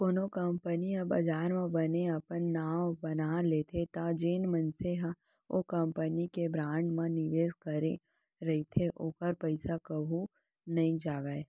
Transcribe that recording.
कोनो कंपनी ह बजार म बने अपन नांव बना लेथे तब जेन मनसे ह ओ कंपनी के बांड म निवेस करे रहिथे ओखर पइसा कहूँ नइ जावय